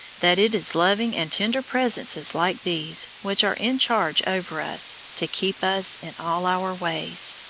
that it is loving and tender presences like these which are in charge over us, to keep us in all our ways.